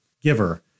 giver